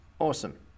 Awesome